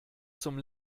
zum